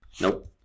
Nope